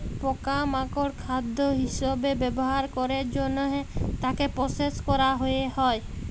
পকা মাকড় খাদ্য হিসবে ব্যবহার ক্যরের জনহে তাকে প্রসেস ক্যরা হ্যয়ে হয়